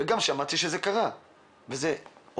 שמעתי שזה קרה ועובד.